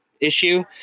issue